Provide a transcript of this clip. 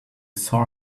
saw